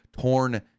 torn